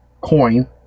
coin